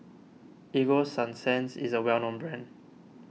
Ego Sunsense is a well known brand